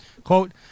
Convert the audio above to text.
Quote